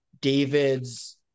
David's